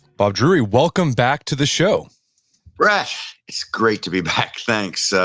bob drury, welcome back to the show brett. it's great to be back, thanks. so